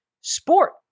sport